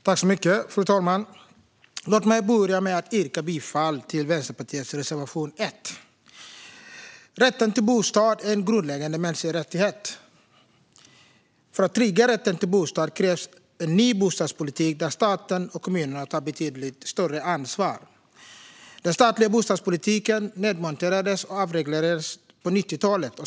Fru talman! Låt mig börja med att yrka bifall till Vänsterpartiets reservation 1. Rätten till bostad är en grundläggande mänsklig rättighet. För att trygga rätten till bostad krävs en ny bostadspolitik där staten och kommunerna tar betydligt större ansvar. Den statliga bostadspolitiken nedmonterades och avreglerades på 90talet.